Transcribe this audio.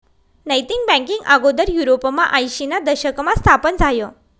नैतिक बँकींग आगोदर युरोपमा आयशीना दशकमा स्थापन झायं